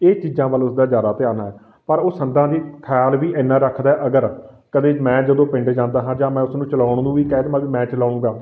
ਇਹ ਚੀਜ਼ਾਂ ਵੱਲ ਉਸਦਾ ਜ਼ਿਆਦਾ ਧਿਆਨ ਹੈ ਪਰ ਉਹ ਸੰਦਾਂ ਦੀ ਖਿਆਲ ਵੀ ਐਨਾ ਰੱਖਦਾ ਅਗਰ ਕਦੇ ਮੈਂ ਜਦੋਂ ਪਿੰਡ ਜਾਂਦਾ ਹਾਂ ਜਾਂ ਮੈਂ ਉਸਨੂੰ ਚਲਾਉਣ ਨੂੰ ਵੀ ਕਹਿ ਦੇਵਾਂ ਵੀ ਮੈਂ ਚਲਾਉਂਗਾ